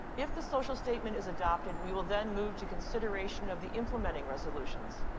if the social statement is adopted, we will then move to consideration of the implementing resolutions.